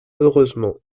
heureusement